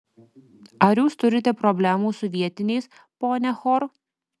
ar jūs turite problemų su vietiniais ponia hor